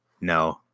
no